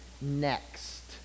next